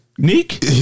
Neek